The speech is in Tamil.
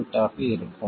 5mV ஆக இருக்கும்